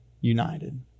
united